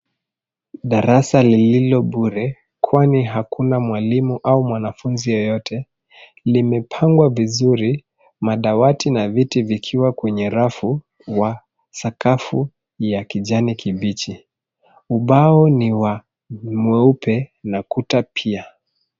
Darasa lilio bure, kwani hakuna mwalimu au mwanafunzi yeyote. Limepangwa vizuri, madawati na viti vikiwa kwenye rafu wa sakafu ya kijani kibichi. Ubao ni wa mweupe na kuta pia.